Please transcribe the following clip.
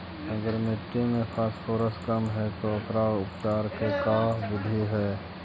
अगर मट्टी में फास्फोरस कम है त ओकर उपचार के का बिधि है?